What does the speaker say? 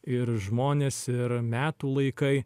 ir žmonės ir metų laikai